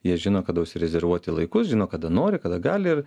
jie žino kada užsirezervuoti laikus žino kada nori kada gali ir